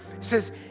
says